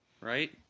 right